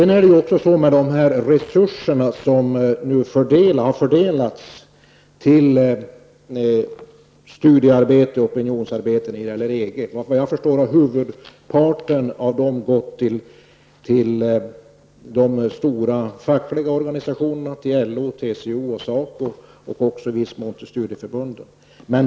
Av de resurser som har fördelats till studiearbete och opinionsarbete när det gäller EG har huvudparten gått till de stora fackliga organisationerna, till LO, TCO, SACO och i viss mån till studieförbunden.